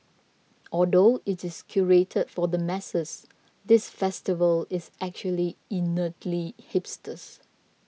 although it is curated for the masses this festival is actually innately hipsters